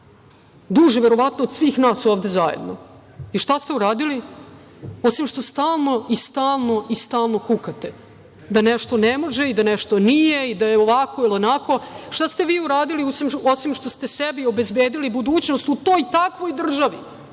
Duže verovatno od svih nas ovde zajedno. Šta ste uradili osim što stalno i stalno i stalno kukate da nešto ne može i da nešto nije ili da je ovako ili onako? Šta ste vi uradili osim što ste sebi obezbedili budućnost u toj, takvoj državi,